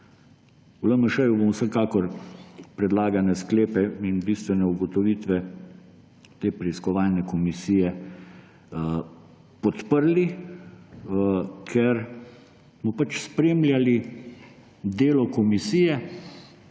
V LMŠ bomo vsekakor predlagane sklepe in bistvene ugotovitve te preiskovalne komisije podprli, ker smo spremljali delo komisije.